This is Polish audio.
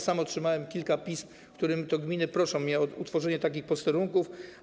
Sam otrzymałem kilka pism, w których to gminy proszą mnie o utworzenie takich posterunków.